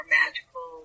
magical